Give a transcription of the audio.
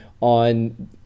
on